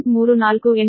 3486 p